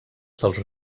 dels